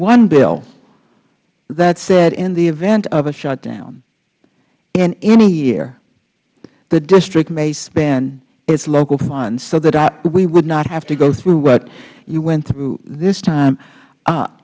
one bill that said in the event of a shutdown in any year the district may spend its local funds so that we would not have to go through what we went through this time